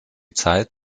zeit